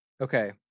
okay